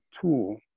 tool